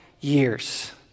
years